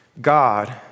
God